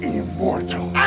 immortal